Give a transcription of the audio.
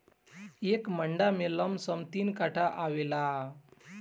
एक मंडा में लमसम तीन कट्ठा आवेला